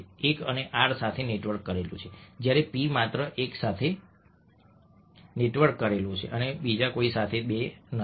1 ને r સાથે network કરેલું છે જ્યારે p માત્ર એક સાથે નેટવર્ક કરેલું છે અને બીજા કોઈ સાથે બે નથી